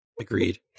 Agreed